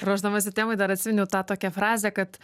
ruošdamasi temai dar atsiminiau tą tokią frazę kad